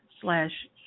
slash